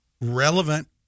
relevant